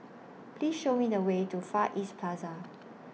Please Show Me The Way to Far East Plaza